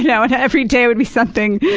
yeah but every day would be something.